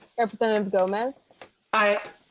representative gomez i.